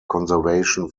conservation